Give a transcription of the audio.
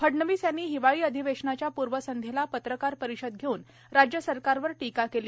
फडणवीस यांनी हिवाळी अधिवेशनाच्या पूर्वसंध्येला पत्रकार परिषद घेऊन राज्य सरकारवर टीका केली